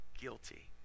guilty